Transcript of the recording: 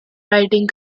writing